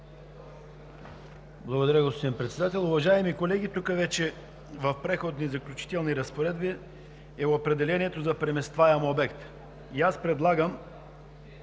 Благодаря, господин Председател. Уважаеми колеги, тук вече в Преходни и заключителни разпоредби е определението за преместваем обект и аз предлагам